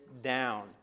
down